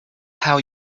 how